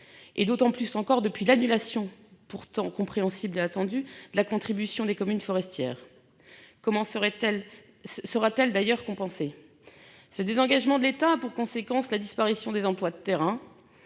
et d'autant plus encore depuis l'annulation pourtant compréhensible attendu la contribution des communes forestières comment serait-elle sera-t-elle d'ailleurs compenser ce désengagement de l'État a pour conséquence la disparition des emplois de terrain